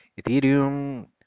Ethereum